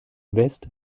west